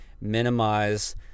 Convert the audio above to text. Minimize